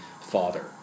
father